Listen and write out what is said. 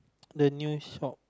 the new shop